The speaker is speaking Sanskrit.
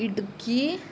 इडुक्की